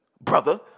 brother